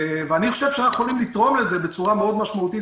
ואני חושב שאנחנו יכולים לתרום לזה בצורה מאוד משמעותית,